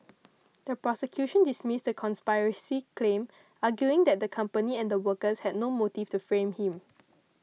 the prosecution dismissed the conspiracy claim arguing that the company and the workers had no motive to frame him